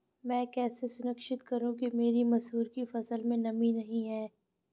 मैं कैसे सुनिश्चित करूँ कि मेरी मसूर की फसल में नमी नहीं है?